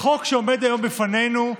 החוק שעומד היום בפנינו,